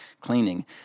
cleaning